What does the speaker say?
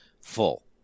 full